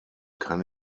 kann